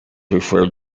referred